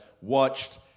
watched